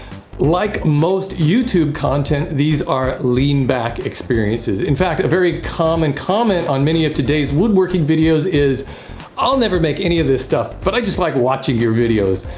like most youtube content, these are lean-back experiences. in fact, a very common comment on many of today's woodworking videos is i'll never make any of this stuff, but i just like watching your videos.